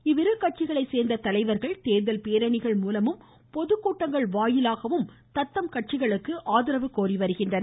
இவ்விரு கட்சிகளை சேர்ந்த தலைவர்கள் தேர்தல் பேரணிகள் மூலமும் பொதுக்கூட்டங்கள் மூலமும் தத்தம் கட்சிகளுக்கு ஆதரவு கோரிவருகின்றனர்